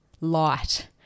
light